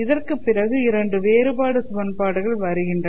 இதற்கு பிறகு இரண்டு வேறுபாடு சமன்பாடுகள் வருகின்றன